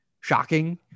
shocking